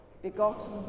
begotten